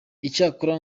icyakora